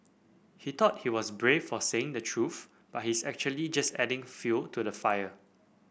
he thought he was brave for saying the truth but he's actually just adding fuel to the fire